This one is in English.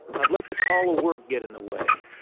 i've let the call of work get in the way.